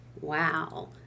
wow